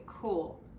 Cool